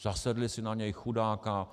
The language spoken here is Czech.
Zasedli si na něj, chudáka.